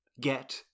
get